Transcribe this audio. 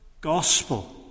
gospel